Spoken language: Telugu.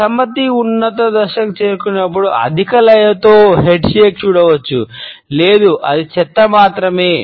అసమ్మతి ఉన్నత దశకు చేరుకున్నప్పుడు అధిక లయతో హెడ్ షేక్ చూడవచ్చు "లేదు అది చెత్త మాత్రమే